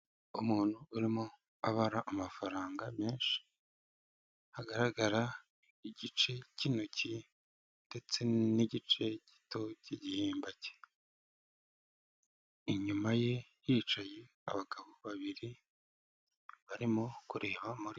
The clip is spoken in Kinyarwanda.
Umuntu urimo abara amafaranga menshi, hagaragara igice cy'intoki ndetse n'igice gito cy'igihimba cye, inyuma ye hicaye abagabo babiri barimo kureba muri......